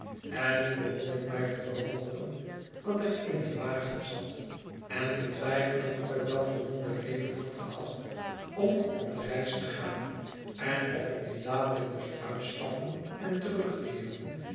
en nu begonikmij te verwonderen dat ik in den wagen zat en te twijfelen of ik wel voldoende redenen had gehad om op reis te gaan en of ik niet dadelijk moest uitstappen en terugkeeren